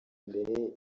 mbere